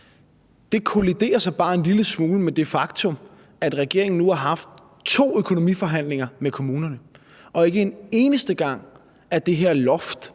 Det kolliderer så bare en lille smule med det faktum, at regeringen nu har haft to økonomiforhandlinger med kommunerne, og ikke en eneste gang er det her loft